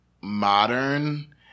modern